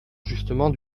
justement